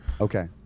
okay